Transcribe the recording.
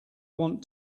want